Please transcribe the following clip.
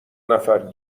نفر